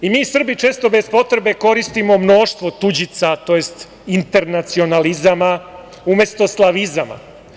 Mi Srbi često bez potrebe koristimo mnoštvo tuđica, tj. internacionalizama umesto slavizama.